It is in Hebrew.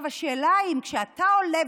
השאלה היא אם כשאתה עולה,